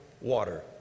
water